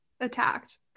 attacked